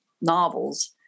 novels